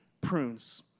prunes